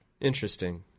interesting